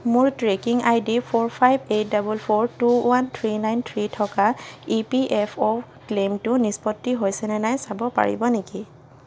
মোৰ tracking ID four five eight double four two one three nine three থকা E P F O ক্লেইমটো নিষ্পত্তি হৈছেনে নাই চাব পাৰিব নেকি